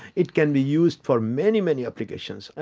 it can be used for many, many applications.